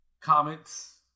comments